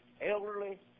Elderly